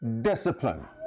discipline